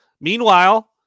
Meanwhile